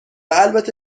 البته